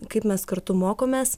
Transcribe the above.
kaip mes kartu mokomės